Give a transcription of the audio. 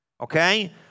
okay